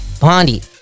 Bondi